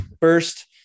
first